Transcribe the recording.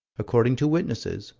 according to witnesses,